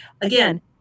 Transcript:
again